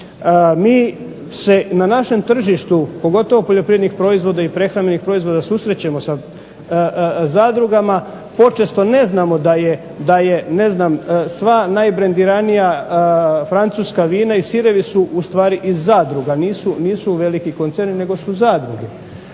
Mi se na našem tržištu pogotovo poljoprivrednih proizvoda i prehrambenih proizvoda susrećemo sa zadrugama, počesto ne znamo da je sva najbrendiranija francuska vina i sirevi su iz ustvari zadruga, nisu veliki koncerni nego su zadruge.